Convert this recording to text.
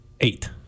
Eight